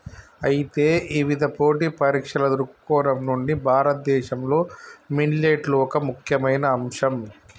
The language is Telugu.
అయితే ఇవిధ పోటీ పరీక్షల దృక్కోణం నుండి భారతదేశంలో మిల్లెట్లు ఒక ముఖ్యమైన అంశం